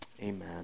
Amen